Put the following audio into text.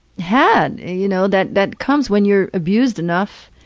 have, you know, that that comes when you're abused enough.